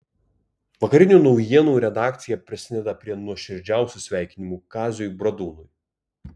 vakarinių naujienų redakcija prisideda prie nuoširdžiausių sveikinimų kaziui bradūnui